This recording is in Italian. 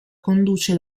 conduce